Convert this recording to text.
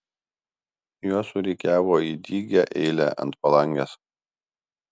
juos surikiavo į dygią eilę ant palangės